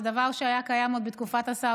זה דבר שהיה קיים עוד בתקופת השר דרעי.